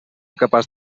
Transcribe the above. capaç